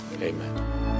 Amen